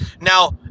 Now